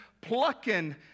plucking